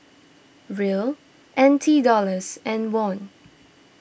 Riel N T Dollars and Won